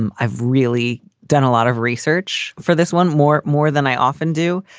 and i've really done a lot of research for this one, more more than i often do.